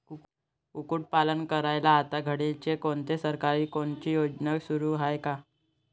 कुक्कुटपालन करायले आता घडीले सरकारची कोनची योजना सुरू हाये का?